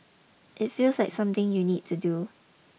it feels like something you need to do